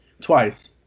twice